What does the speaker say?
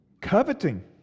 Coveting